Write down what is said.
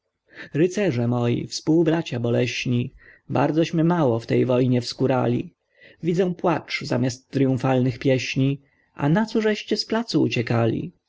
rycerze moi współ bracia boleśni bardzośmy mało w tej wojnie wskórali widzę płacz zamiast tryumfalnych pieśni a nacożeście z placu uciekali